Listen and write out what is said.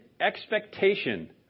expectation